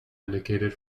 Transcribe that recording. indicated